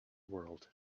world